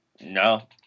No